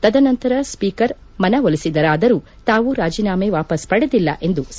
ತದನಂತರ ಸ್ವೀಕರ್ ಮನವೊಲಿಸಿದರಾದರೂ ತಾವು ರಾಜೀನಾಮೆ ವಾಪಸ್ ಪಡೆದಿಲ್ಲ ಎಂದು ಸಾ